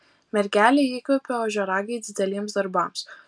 mergelė įkvepia ožiaragį dideliems darbams